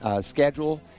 schedule